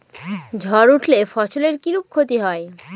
ঝড় উঠলে ফসলের কিরূপ ক্ষতি হয়?